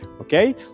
okay